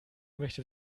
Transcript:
möchte